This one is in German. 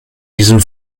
diesen